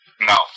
No